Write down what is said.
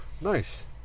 Nice